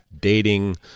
dating